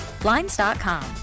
Blinds.com